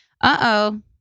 uh-oh